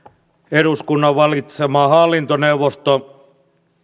eduskunnan valitsema hallintoneuvosto